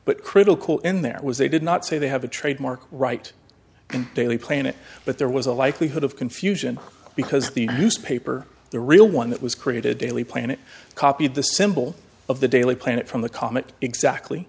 but critical in there was they did not say they have a trademark right and daily planet but there was a likelihood of confusion because the newspaper the real one that was created daily play and it copied the symbol of the daily planet from the comet exactly